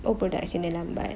old production dah lambat